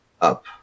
up